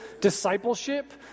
discipleship